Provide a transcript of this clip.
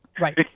Right